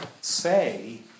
say